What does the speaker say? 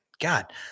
God